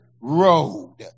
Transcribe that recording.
road